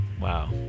Wow